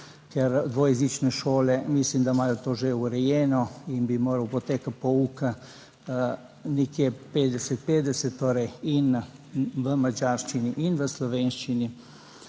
ker dvojezične šole mislim, da imajo to že urejeno in bi moral potek pouka nekje 50:50 torej in v madžarščini in v slovenščini,